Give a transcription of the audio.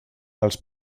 els